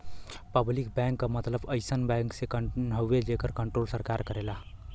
public bank क मतलब अइसन बैंक से हउवे जेकर कण्ट्रोल सरकार करेला